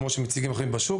כמו שמציגים אחרים בשוק,